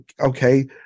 okay